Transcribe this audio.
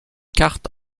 cartes